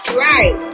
right